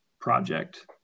project